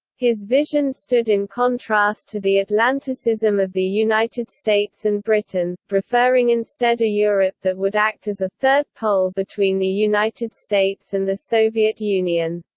his vision stood in contrast to the atlanticism of the united states and britain, preferring instead a europe that would act as a third pole between the united states and the soviet union.